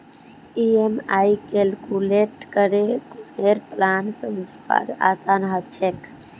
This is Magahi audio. ई.एम.आई कैलकुलेट करे लौनेर प्लान समझवार आसान ह छेक